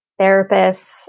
therapists